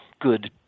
good